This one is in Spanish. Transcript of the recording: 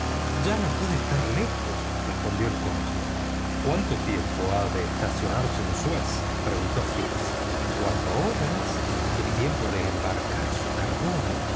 ya no puede estar lejos respondió el cónsul cuánto tiempo ha de estacionarse en suez preguntó fix cuatro horas el tiempo de embarcar su carbón